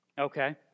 Okay